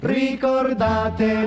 ricordate